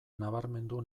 nabarmendu